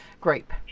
grape